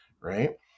Right